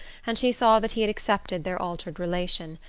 and she saw that he had accepted their altered relation,